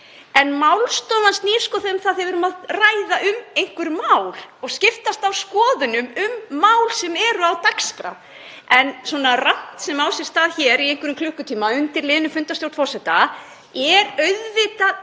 En málstofan snýst um það að við séum að ræða einhver mál og skiptast á skoðunum um mál sem eru á dagskrá. Svona „rant“ sem á sér stað hér í einhverja klukkutíma undir liðnum fundarstjórn forseta er auðvitað